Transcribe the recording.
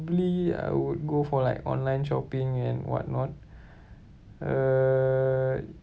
probably I would go for like online shopping and what not uh